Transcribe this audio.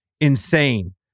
insane